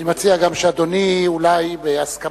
אני גם מציע שאדוני, אולי בהסכמה,